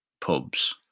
pubs